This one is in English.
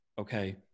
okay